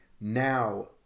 now